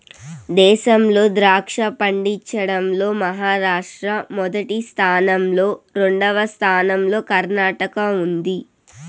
దేశంలో ద్రాక్ష పండించడం లో మహారాష్ట్ర మొదటి స్థానం లో, రెండవ స్థానం లో కర్ణాటక ఉంది